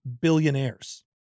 billionaires